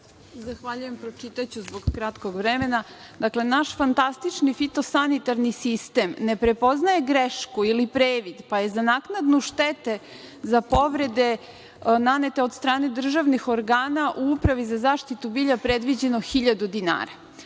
Zahvaljujem. Pročitaću, zbog kratkog vremena. Naš fantastični fitosanitarni sistem ne prepoznaje grešku ili previd, pa je za naknadu štete za povrede nanete od strane državnih organa u Upravi za zaštitu bilja predviđeno 1.000 dinara.